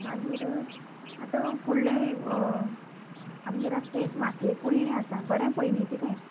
मागीर आतां फुडलें आमगेर आसा तें एक मातयेक कोयणीं आसा बरें पयलींचें तें